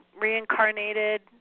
reincarnated